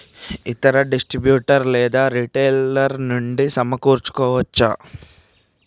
ఇతర డిస్ట్రిబ్యూటర్ లేదా రిటైలర్ నుండి సమకూర్చుకోవచ్చా?